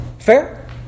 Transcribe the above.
fair